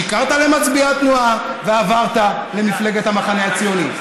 שיקרת למצביעי התנועה ועברת למפלגת המחנה הציוני.